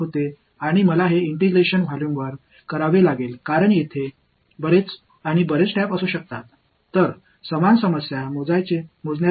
இது எவ்வளவு வேறுபடுகிறது மற்றும் இந்த வால்யும் முழுவதும் நான் ஒருங்கிணைப்பை செய்ய வேண்டும் ஏனென்றால் நிறைய குழாய்கள் இருக்கலாம்